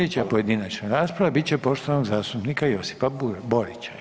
Sljedeća pojedinačna rasprava bit će poštovanog zastupnika Josipa Borića.